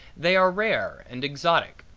they are rare and exotic.